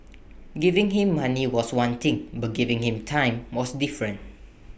giving him money was one thing but giving him time was different